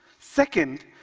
second,